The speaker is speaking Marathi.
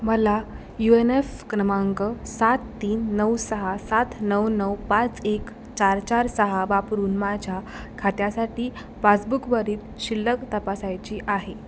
मला यू एन एफ क्रमांक सात तीन नऊ सहा सात नऊ नऊ पाच एक चार चार सहा वापरून माझ्या खात्यासाठी पासबुकवरील शिल्लक तपासायची आहे